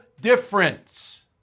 difference